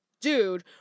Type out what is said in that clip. dude